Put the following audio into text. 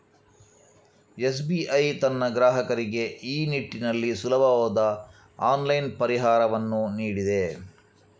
SBI ತನ್ನ ಗ್ರಾಹಕರಿಗೆ ಈ ನಿಟ್ಟಿನಲ್ಲಿ ಸುಲಭವಾದ ಆನ್ಲೈನ್ ಪರಿಹಾರವನ್ನು ನೀಡಿದೆ